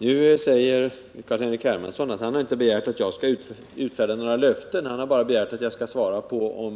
Nu säger Carl-Henrik Hermansson att han inte begärt att jag skall utfärda något löfte utan bara att jag skall svara på